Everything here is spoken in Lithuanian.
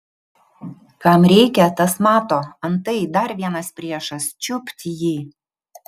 kam reikia tas mato antai dar vienas priešas čiupt jį